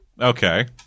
Okay